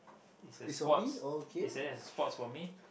is a sports is just a sports for me